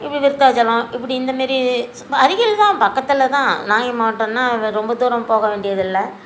we Virudhachalam இப்படி இந்தமாதிரி ஸ் அருகில் தான் பக்கத்தில் தான் நாகை மாவட்டம்னா ரொம்ப தூரம் போக வேண்டியதில்லை